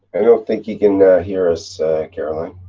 i don't think he can hear us caroline.